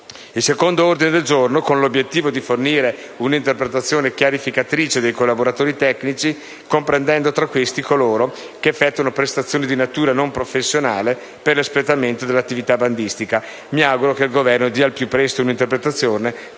Il secondo ordine del giorno ha l'obiettivo di fornire un'interpretazione chiarificatrice dei collaboratori tecnici, comprendendo tra questi coloro che effettuano prestazioni di natura non professionale per l'espletamento dell'attività bandistica. Mi auguro che il Governo dia al più presto un'interpretazione,